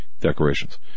decorations